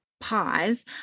pause